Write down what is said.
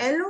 אלו,